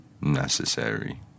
necessary